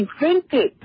invented